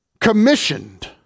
commissioned